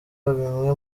bimwe